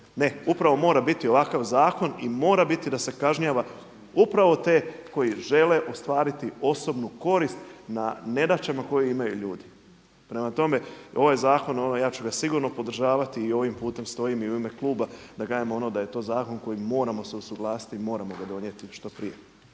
Ne, upravo mora bit ovakav zakon i mora biti da se kažnjava upravo te koji žele ostvariti osobnu korist na nedaćama koje imaju ljudi. Prema tome, ovaj zakon, ja ću ga sigurno podržavati i ovim putem stojim i u ime kluba da gajimo onda da je to zakon koji moramo se usuglasiti i moramo ga donijeti što prije.